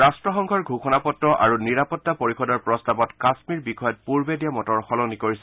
ৰাষ্টসংঘৰ ঘোষণাপত্ৰ আৰু নিৰাপত্তা পৰিযদৰ প্ৰস্তাৱত কাশ্মীৰ বিষয়ত পূৰ্বে দিয়া মতৰ সলনি কৰিছে